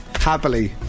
Happily